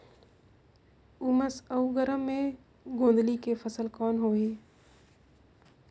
उमस अउ गरम मे गोंदली के फसल कौन होही?